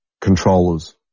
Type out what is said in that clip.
Controllers